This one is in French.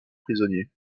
prisonnier